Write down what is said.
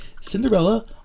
Cinderella